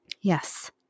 Yes